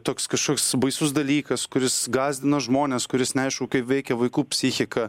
toks kažkoks baisus dalykas kuris gąsdina žmones kuris neaišku kaip veikia vaikų psichiką